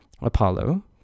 Apollo